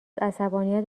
عصبانیت